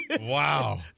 Wow